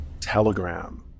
Telegram